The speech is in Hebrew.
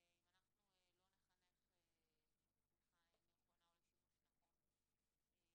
אם אנחנו לא נחנך לצריכה נכונה ולשימוש נכון במדיה,